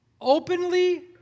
Openly